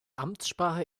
amtssprache